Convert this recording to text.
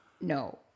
No